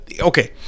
Okay